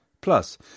Plus